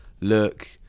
look